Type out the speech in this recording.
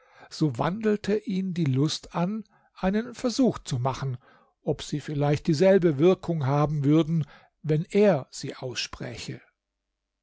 so wandelte ihn die lust an einen versuch zu machen ob sie vielleicht dieselbe wirkung haben würden wenn er sie ausspräche